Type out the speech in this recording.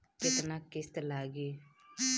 केतना किस्त लागी?